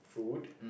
food